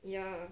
ya